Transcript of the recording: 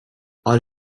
all